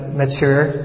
mature